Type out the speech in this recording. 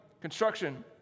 construction